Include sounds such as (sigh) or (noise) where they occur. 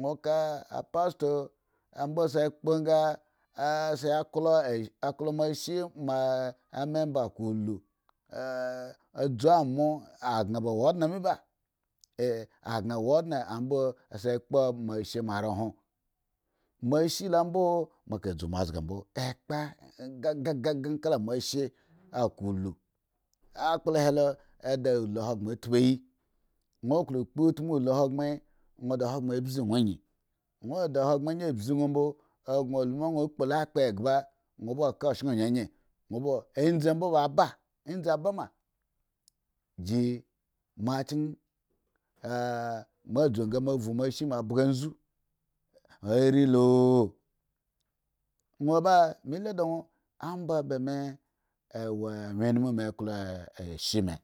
ŋwo ka apastor a mbo sa kpo nga ah sa klo ashe a sa wo moashe moa amember ba ulu ah dzu moa akaŋ ba wo ondne mi ba eh akan wo ondne ambo sa kpo moa ashe moare ekpeh (unintelligible) kala moashe akulu akpla helo a da ulu hogbren ambi ŋwo wo kpo utmu ulu hogbren ŋwo da hogbbren ambzi ŋwo anyi dwo da hogbren anyi mbzi ŋwo mbo a gŋo lu ma a ŋwo kpolo akpa eghba ŋwo ba ka oshen nyenyen ŋwombo adzi mbo abab adzi ba ma ngyi moa rii lo ŋwo ba me lu doŋ amba ba me a wo wyen anum me klo ashe me.